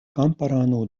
kamparano